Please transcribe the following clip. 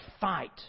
fight